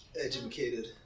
Educated